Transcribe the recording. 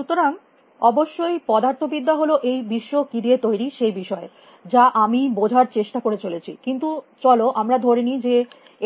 সুতরাং অবশ্যই পদার্থবিদ্যা হল এই বিশ্ব কী দিয়ে তৈরী সেই বিষয়ে যা আমি বোঝার চেষ্টা করে চলেছি কিন্তু চলো আমরা ধরে নি যে